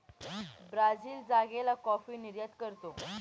Brazil जागेला coffee निर्यात करतो